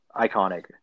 iconic